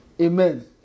Amen